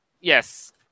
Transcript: yes